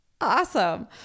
Awesome